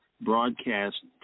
broadcast